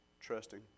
trusting